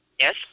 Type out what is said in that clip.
Yes